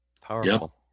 Powerful